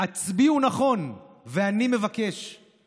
/ הצביעו נכון, ואני מבקש /